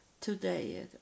today